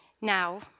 Now